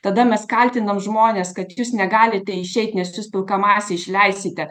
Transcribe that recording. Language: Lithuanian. tada mes kaltinam žmones kad jūs negalite išeiti nes jūs pilka masė išleisite